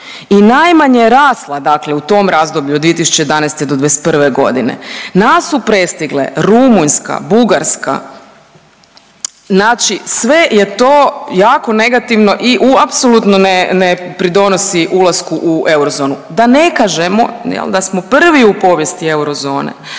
i najmanje je rasla u tom razdoblju od 2011.-'21.g.. Nas su prestigle Rumunjska, Bugarska znači sve je to jako negativno i u apsolutno ne pridonosi ulasku u euroznu. Da ne kažemo ne al da smo prvi u povijesti eurozone